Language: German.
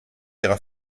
ihrer